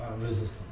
resistance